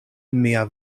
mia